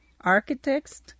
architects